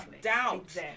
doubts